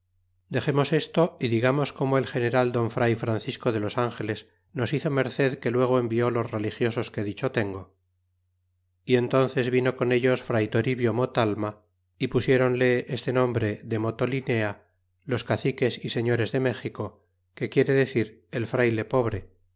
dexemos esto y digamos como el general don fray francisco de los angeles nos hizo merced que luego envió los religiosos que dicho tengo y entónces vino con ellos fray toribio motalma y pusiéronle este nombre de motolinea los caciques y señores de méxico que quiere decir el frayle pobre